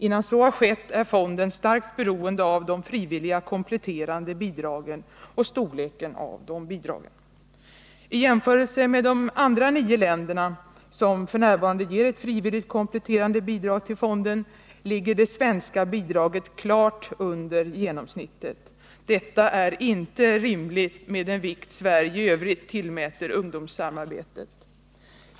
Innan så har skett är fonden starkt beroende av de frivilliga kompletterande bidragen och storleken av dessa. I jämförelse med de andra nio länder som f. n. ger ett frivilligt kompletterande bidrag till fonden ligger det svenska bidraget klart under genomsnittet. Detta är inte rimligt med hänsyn till den vikt Sverige i övrigt tillmäter ungdomssamarbetet.